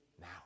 now